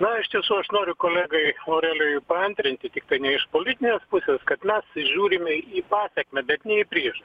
na iš tiesų aš noriu kolegai aurelijui paantrinti tiktai ne iš politinės pusės kad mes žiūrime į pasekmę bet ne į priežas